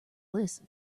listen